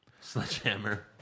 Sledgehammer